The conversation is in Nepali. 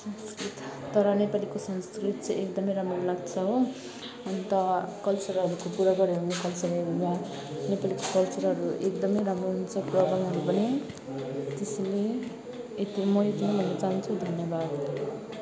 संंस्कृति तर नेपालीको संस्कृति चाहिँ एकदमै राम्रो लाग्छ हो अन्त कल्चरलको कुरा गर्यो भने कल्चरल भन्दा नेपाली कल्चरल एकदमै राम्रो हुन्छ प्रोग्रामहरू पनि त्यसैले यति म यति नै भन्न चाहन्छु धन्यवाद